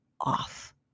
off